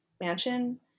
mansion